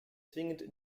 zwingend